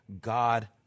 God